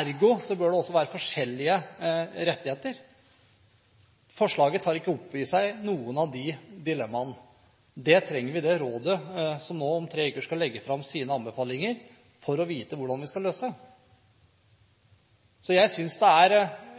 ergo bør det også være forskjellige rettigheter. Forslaget tar ikke opp i seg noen av de dilemmaene. Da trenger vi det rådet som nå om tre uker skal legge fram sine anbefalinger, for å vite hvordan vi skal løse dem. Så jeg synes det er